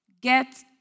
get